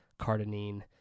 cardanine